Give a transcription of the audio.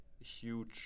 huge